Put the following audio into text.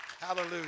Hallelujah